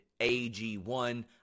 AG1